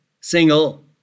single